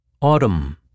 Autumn